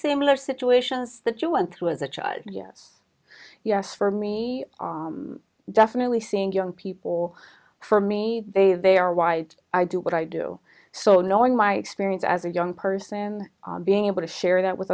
similar situations that you went through as a child yes yes for me definitely seeing young people for me they they are why i do what i do so knowing my experience as a young person being able to share that with